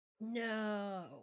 No